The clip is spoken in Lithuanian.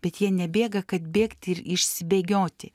bet jie nebėga kad bėgti ir išsibėgioti